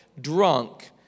drunk